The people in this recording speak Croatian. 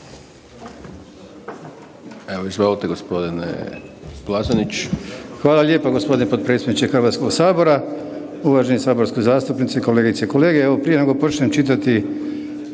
Hvala lijepo gospodine potpredsjedniče Hrvatskoga sabora, uvaženi saborski zastupnici kolegice i kolege. Evo prije nego počnem čitati